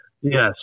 Yes